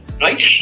right